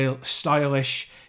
stylish